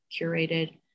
curated